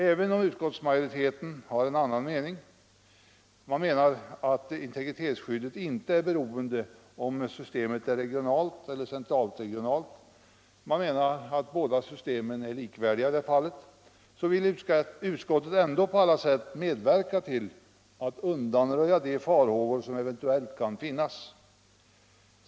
Även om utskottsmajoriteten anser att integritetsskyddet inte är beroende av om systemet är regionalt eller central/regionalt — vi menar att de båda systemen är likvärdiga i det fallet — vill utskottet på alla sätt medverka till att undanröja de farhågor som eventuellt kan finnas.